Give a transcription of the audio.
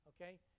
Okay